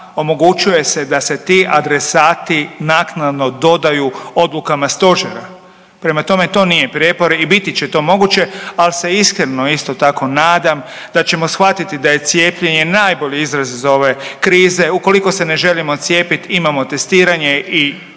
omogućuje se da se ti adresati naknadno dodaju odlukama stožera. Prema tome, to nije prijepor i biti će to moguće, ali se iskreno isto tako nadam da ćemo shvatiti da je cijepljenje najbolji izlaz iz ove krize. Ukoliko se ne želimo cijepit imamo testiranje i indirektno